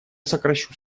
сокращу